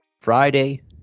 Friday